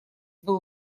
был